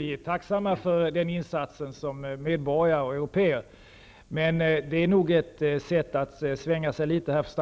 Herr talman! Vi är som medborgare och européer tacksamma för den